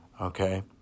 Okay